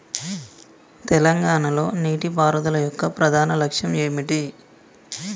తెలంగాణ లో నీటిపారుదల యొక్క ప్రధాన లక్ష్యం ఏమిటి?